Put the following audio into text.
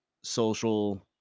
social